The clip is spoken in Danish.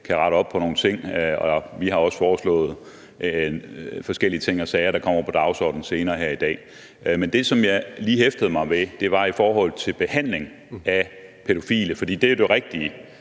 kan rette op på nogle ting, og vi har også foreslået forskellige ting og sager, der kommer på dagsordenen senere her i dag. Men det, som jeg lige hæftede mig ved, vedrører behandling af pædofile, for det er jo det rigtige.